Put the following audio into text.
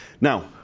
Now